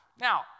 Now